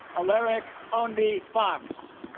aleric ownby fox